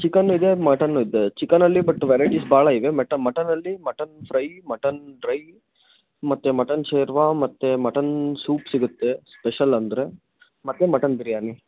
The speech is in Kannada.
ಚಿಕನ್ ಇದೆ ಮಟನು ಇದೆ ಚಿಕನ್ ಅಲ್ಲಿ ಬಟ್ ವೆರೈಟಿಸ್ ಭಾಳ ಇವೆ ಬಟ್ ಮಟನಲ್ಲಿ ಮಟನ್ ಫ್ರೈ ಮಟನ್ ಡ್ರೈ ಮತ್ತೆ ಮಟನ್ ಶೆರ್ವ ಮತ್ತೆ ಮಟನ್ ಸೂಪ್ ಸಿಗುತ್ತೆ ಸ್ಪೆಷಲ್ ಅಂದರೆ ಮತ್ತೆ ಮಟನ್ ಬಿರಿಯಾನಿ